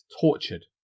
tortured